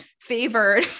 favored